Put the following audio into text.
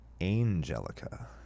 Angelica